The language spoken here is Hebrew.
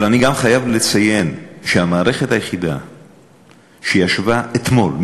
אבל אני גם חייב לציין שהמערכת היחידה שישבה אתמול,